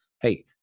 hey